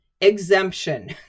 exemption